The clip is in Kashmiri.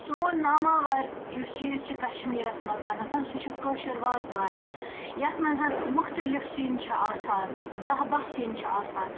سون ناماوار یُس چیٖز چھِ کَشمیٖرَس منٛزَنتھَن سُہ چھُ کٲشُر وازوان یَتھ منٛز مُختلِف سِنۍ چھِ آسان دَہ بہہ سِنۍ چھِ آسان